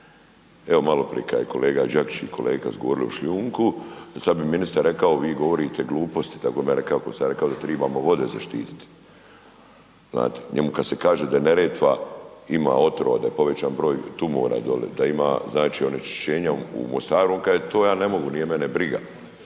Evo malo prije kada je kolega Đakić i kolega kada su govorili o šljunku, sada bi ministar rekao vi govorite gluposti, tako je meni rekao kada sam ja rekao da trebamo vode zaštiti. Znate, njemu kada se kaže da Neretva ima otrova, da je povećan broj tumora dolje, da ima znači onečišćenja u Mostaru on kaže to ja ne mogu, nije mene briga.